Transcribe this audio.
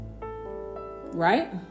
Right